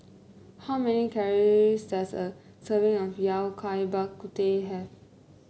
how many calories does a serving of Yao Cai Bak Kut Teh have